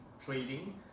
trading